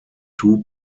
two